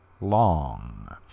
Long